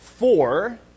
four